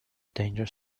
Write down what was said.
danger